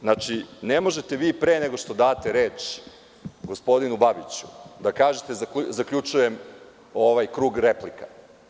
Znači, ne možete vi pre nego što date reč gospodinu Babiću da kažete – zaključujem ovaj krug replika.